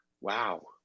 Wow